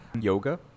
yoga